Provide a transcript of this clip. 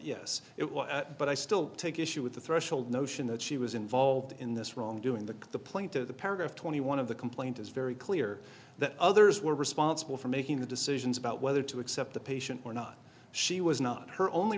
yes it was but i still take issue with the threshold notion that she was involved in this wrongdoing the the plane to the paragraph twenty one of the complaint is very clear that others were responsible for making the decisions about whether to accept the patient or not she was not her only